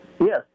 Yes